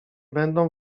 będą